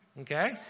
Okay